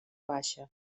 baixa